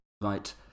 right